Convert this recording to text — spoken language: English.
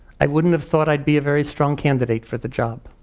i wouldn't have thought i'd be a very strong candidate for the job.